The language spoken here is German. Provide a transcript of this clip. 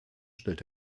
stellt